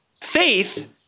faith